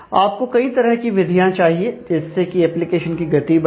आपको कई तरह की विधियां चाहिए जिससे कि एप्लीकेशन की गति बढ़े